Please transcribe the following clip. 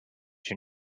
you